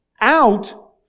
out